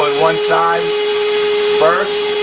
one side first,